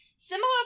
Similar